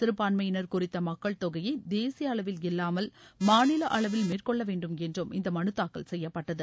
சிறுபான்எமயினா் குறித்த மக்கள்தொகையை தேசிய அளவில் இல்வாமல் மாநில அளவில் மேற்கொள்ளவேண்டும் என்று இந்த மனு தாக்கல் செய்யப்பட்டது